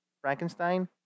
Frankenstein